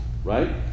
right